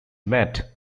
met